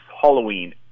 Halloween